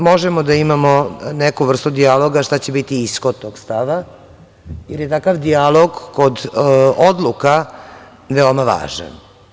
Možemo da imamo neku vrstu dijaloga, a šta će biti ishod tog stava jer je takav dijalog kod odluka veoma važan.